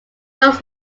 dogs